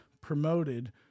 promoted